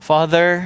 Father